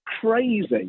crazy